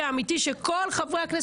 גם אני מצטרף לבקשה.